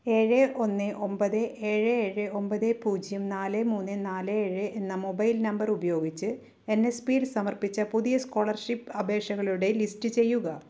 ഏഴ് ഒന്ന് ഒമ്പത് ഏഴ് ഏഴ് ഒമ്പത് പൂജ്യം നാല് മൂന്ന് നാല് ഏഴ് എന്ന മൊബൈൽ നമ്പറുപയോഗിച്ച് സമർപ്പിച്ച പുതിയ സ്കോളർഷിപ്പ് അപേക്ഷകളുടെ ലിസ്റ്റ് ചെയ്യുക